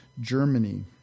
Germany